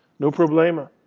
no problemo.